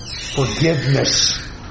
forgiveness